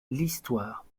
l’histoire